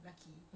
okay